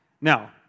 Now